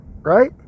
right